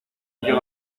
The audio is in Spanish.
llego